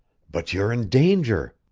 but you're in danger!